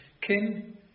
king